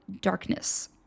darkness